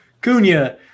Cunha